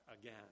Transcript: again